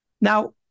Now